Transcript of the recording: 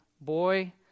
boy